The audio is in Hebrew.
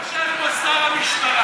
יושב פה שר המשטרה.